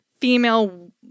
female